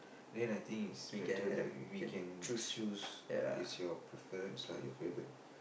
and I think it's better that we can choose it's your preference lah your favourite